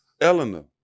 Eleanor